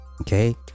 okay